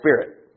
spirit